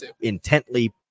intently